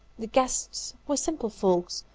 the guests were simple folks,